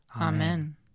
Amen